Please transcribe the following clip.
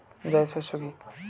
জায়িদ শস্য কি?